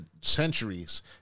centuries